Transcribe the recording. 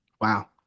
Wow